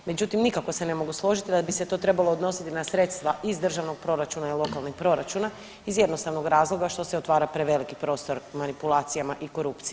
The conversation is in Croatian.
Međutim, nikako se ne mogu složiti da bi se to trebalo odnositi na sredstva iz državnog proračuna i lokalnih proračuna iz jednostavnog razloga što se otvara preveliki prostor manipulacijama i korupciji.